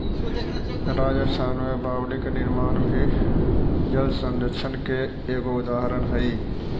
राजस्थान में बावडि के निर्माण भी जलसंरक्षण के एगो उदाहरण हई